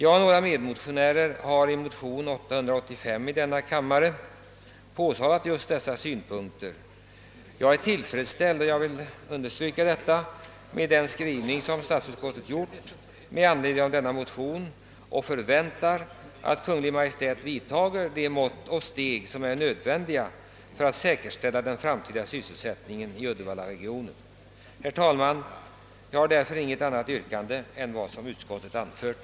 I vår motion II: 885 har några medmotionärer och jag framhållit dessa synpunkter. Jag vill understryka att jag är tillfredsställd med vad utskottet har skrivit om motionen, och jag förväntar nu att Kungl. Maj:t vidtar de mått och steg som är nödvändiga för att säkerställa sysselsättningen i uddevallaregionen i framtiden. Herr talman! Jag har inget annat yrkande än om bifall till utskottets hemställan.